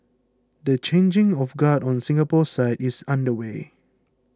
the changing of guard on the Singapore side is underway